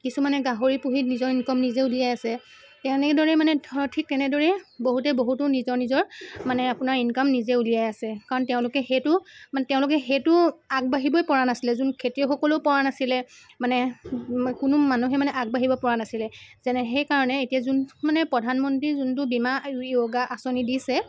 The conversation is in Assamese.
কিছুমানে গাহৰি পুহি নিজৰ ইনকাম নিজে উলিয়াই আছে তেনেদৰেই মানে থ ঠিক তেনেদৰেই বহুতেই বহুতো নিজৰ নিজৰ মানে আপোনাৰ ইনকাম নিজে উলিয়াই আছে কাৰণ তেওঁলোকে সেইটো মানে তেওঁলোকে সেইটো আগবাঢ়িবই পৰা নাছিলে যোন খেতিয়কসকলেও পৰা নাছিলে মানে কোনো মানুহে মানে আগবাঢ়িব পৰা নাছিলে যেনে সেইকাৰণে এতিয়া যোন মানে প্ৰধানমন্ত্ৰী যোনটো বীমা য়োগা আঁচনি দিছে